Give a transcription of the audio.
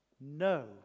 no